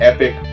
Epic